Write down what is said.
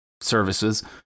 services